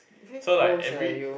so like every